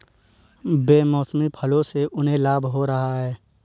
बेमौसमी फसलों से उन्हें लाभ हो रहा है